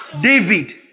David